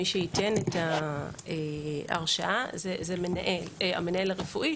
מי שייתן את ההרשאה הוא המנהל הרפואי.